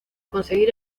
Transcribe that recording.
conseguir